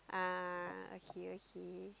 ah okay okay